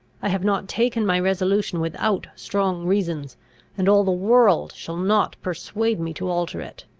i have not taken my resolution without strong reasons and all the world shall not persuade me to alter it.